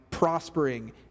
Prospering